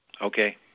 Okay